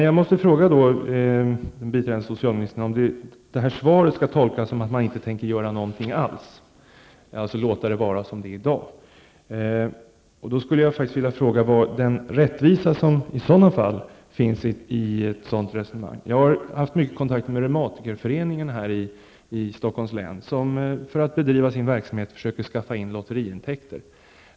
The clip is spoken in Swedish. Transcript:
Jag måste fråga biträdande socialministern om det här svaret skall tolkas så att regeringen inte tänker göra någonting alls, dvs. låta det vara som det är i dag. Jag vill då fråga var rättvisan i ett sådant resonemang finns. Jag har haft mycket kontakter med reumatikerföreningen i Stockholms län, som för att kunna bedriva sin verksamhet försöker skaffa lotteriintäkter.